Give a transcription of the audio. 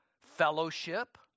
fellowship